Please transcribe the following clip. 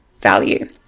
value